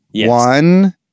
one